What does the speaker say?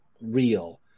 real